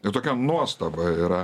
ir tokia nuostaba yra